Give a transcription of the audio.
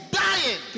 dying